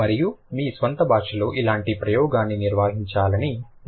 మరియు మీ స్వంత భాషలో ఇలాంటి ప్రయోగాన్ని నిర్వహించాలని నా సూచన